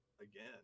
again